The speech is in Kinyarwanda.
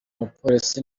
mupolisi